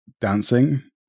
dancing